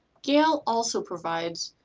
gale also provides